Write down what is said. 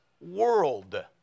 world